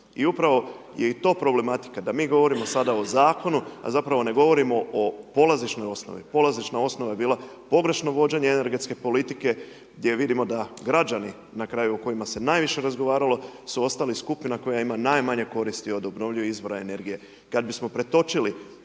I upravo je i to problematika, da mi govorimo sada o zakonu, a zapravo ne govorimo o polazišnoj osnovi, polazišna osnova je bila pogrešno vođenje energetske politike gdje vidimo da građani na kraju o kojima se naviše razgovaralo su ostali skupina koja ima najmanje koristi od obnovljivih izvora energije.